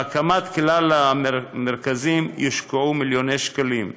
בהקמת כלל המרכזים יושקעו מיליוני שקלים.